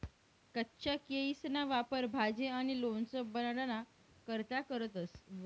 कच्चा केयीसना वापर भाजी आणि लोणचं बनाडाना करता करतंस